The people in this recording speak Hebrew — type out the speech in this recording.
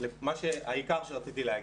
העיקר שרציתי להגיד,